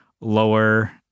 lower